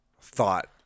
thought –